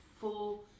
full